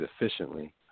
efficiently